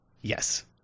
Yes